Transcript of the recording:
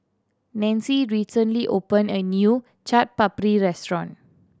Nanci recently opened a new Chaat Papri Restaurant